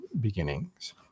beginnings